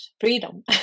freedom